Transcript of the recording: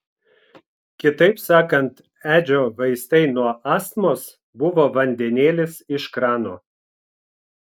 kitaip sakant edžio vaistai nuo astmos buvo vandenėlis iš krano